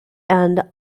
and